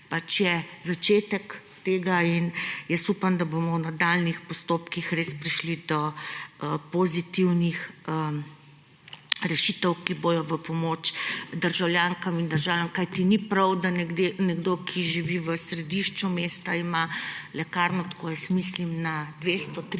pač je začetek tega in jaz upam, da bomo v nadaljnjih postopkih res prišli do pozitivnih rešitev, ki bodo v pomoč državljankam in državljanom. Kajti ni prav, da nekdo, ki živi v središču mesta, ima lekarno tako, jaz mislim, na 200,